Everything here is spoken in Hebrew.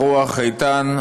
הרוח איתן.